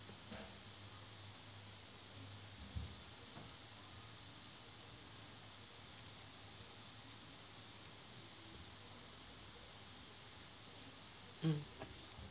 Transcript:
mm